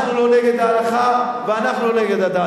אנחנו לא נגד ההלכה ואנחנו לא נגד הדת.